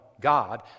God